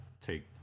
take